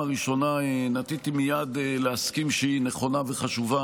הראשונה נטיתי מייד להסכים שהיא נכונה וחשובה.